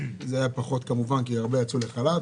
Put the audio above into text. היה פחות כמובן כי הרבה יצאו לחל"ת.